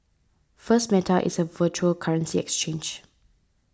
first Meta is a virtual currency exchange